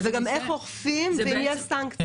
איך אוכפים ואם יש סנקציה?